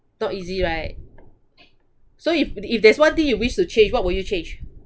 not easy right so if if there's one thing you wish to change what will you change